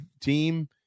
team